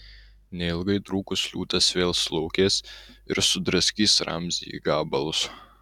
neilgai trukus liūtas vėl sulaukės ir sudraskys ramzį į gabalus